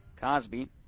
Cosby